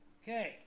Okay